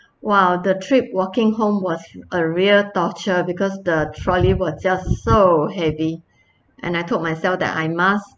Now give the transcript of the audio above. !wah! the trip walking home was a real torture because the trolley were just so heavy and I told myself that I must